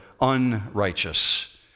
unrighteous